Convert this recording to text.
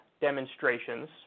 demonstrations